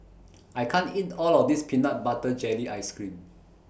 I can't eat All of This Peanut Butter Jelly Ice Cream